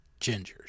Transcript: gingers